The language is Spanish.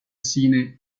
cine